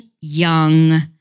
young